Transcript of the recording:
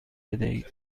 بدهید